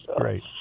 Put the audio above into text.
right